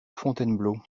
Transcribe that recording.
fontainebleau